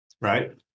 right